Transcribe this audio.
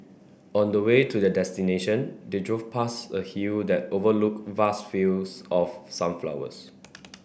on the way to their destination they drove past a hill that overlooked vast fields of sunflowers